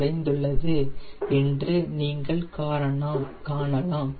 குறைந்துள்ளது என்று நீங்கள் காணலாம்